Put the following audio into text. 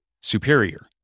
superior